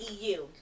EU